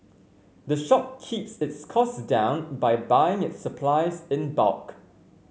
the shop keeps its costs down by buying its supplies in bulk